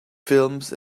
films